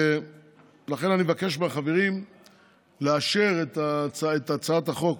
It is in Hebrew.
ולכן אני מבקש מהחברים לאשר את הצעת החוק